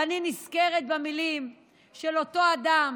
ואני נזכרת במילים של אותו אדם